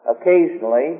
occasionally